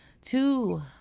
two